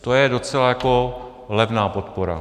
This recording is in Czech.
To je docela jako levná podpora.